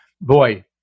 Boy